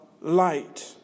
light